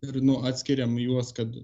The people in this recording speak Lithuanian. ir nu atskiriam juos kad